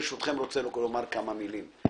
ברשותכם אומר כמה מילים: